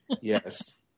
yes